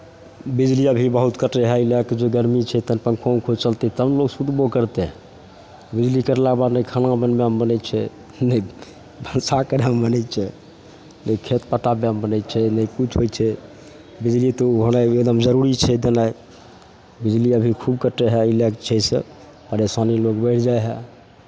बिजली अभी बहुत कटि रहलै एहि लऽ कऽ जे गरमी छै तनि पङ्खो उङ्खो चलतै तब ने लोक सुतबो करतै बिजली कटलाके बाद नहि खाना बनबै बनै छै नहि भनसा करयमे बनै छै नहि खेत पटाबैमे बनै छै नहि किछु होइ छै बिजली तऽ होनाइ एकदम जरूरी छै देनाइ बिजली अभी खूब कटै हइ ई लए कऽ छै से परेशानी लोकके बढ़ि जाइ हइ